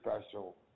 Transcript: special